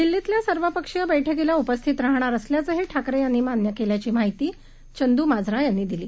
दिल्लीतल्यासर्वपक्षीयबैठकीलाउपस्थितराहणारअसल्याचंहीठाकरेयांनीमान्यकेल्याचीमाहिती चंदूमाजरायांनीदिली